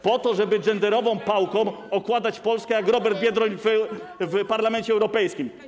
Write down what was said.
Po to, żeby genderową pałką okładać Polskę jak Robert Biedroń w Parlamencie Europejskim.